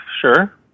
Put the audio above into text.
sure